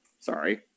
sorry